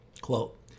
Quote